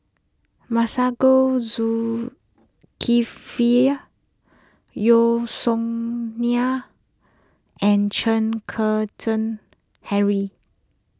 Masagos Zulkifli Yeo Song Nian and Chen Kezhan Henri